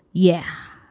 yeah